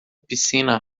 piscina